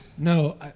No